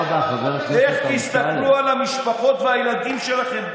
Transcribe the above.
איך תסתכלו על המשפחות" והילדים שלכם,